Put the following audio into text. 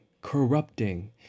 corrupting